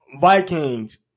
Vikings